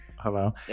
hello